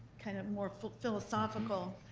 kind of more philosophical,